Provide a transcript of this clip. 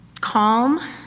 calm